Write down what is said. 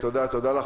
תודה.